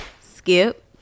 Skip